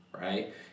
right